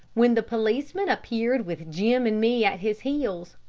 when the policeman appeared with jim and me at his heels,